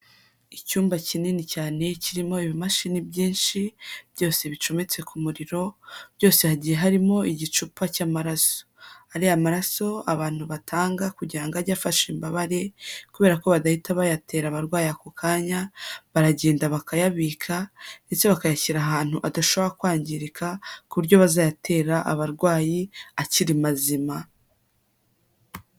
Icyumba kinini cyane kirimo ibimashini byinshi, byose bicometse ku muriro, byose hagiye harimo igicupa cy'amaraso. Ariya maraso abantu batanga kugira ngo ajye afasha imbabare, kubera ko badahita bayatera abarwayi ako kanya, baragenda bakayabika ndetse bakayashyira ahantu adashobora kwangirika, ku buryo bazayatera abarwayi akiri mazima.